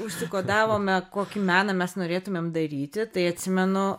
usikodavome kokį meną mes norėtumėm daryti tai atsimenu